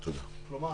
כלומר,